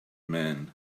man